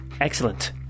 Excellent